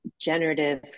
generative